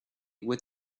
with